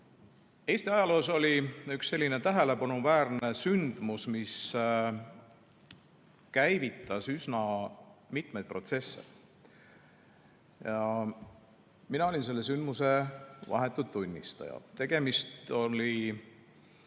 Eesti ajaloos on olnud üks selline tähelepanuväärne sündmus, mis käivitas üsna mitmeid protsesse. Mina olin selle sündmuse vahetu tunnistaja. Tegemist oli